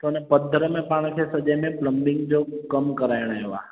त हुन पधर में पाण खे सॼे में प्लंबिंग जो कमु कराइणो आहे